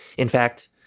in fact,